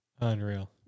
Unreal